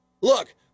Look